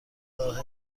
راه